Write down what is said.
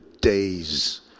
days